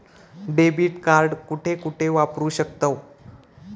Debit card कुठे कुठे वापरू शकतव?